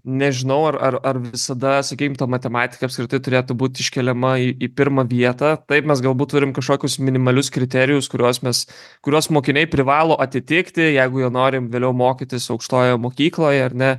nežinau ar ar ar visada sakykim ta matematika apskritai turėtų būt iškeliama į pirmą vietą taip mes galbūt turim kažkokius minimalius kriterijus kuriuos mes kuriuos mokiniai privalo atitikti jeigu jie nori vėliau mokytis aukštojoje mokykloj ar ne